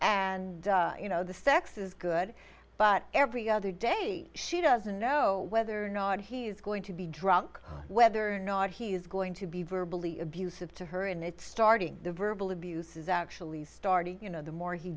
and you know the sex is good but every other day she doesn't know whether or not he is going to be drunk whether or not he is going to be verbally abusive to her and it's starting the verbal abuse is actually starting you know the more he